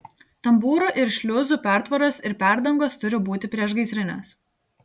tambūrų ir šliuzų pertvaros ir perdangos turi būti priešgaisrinės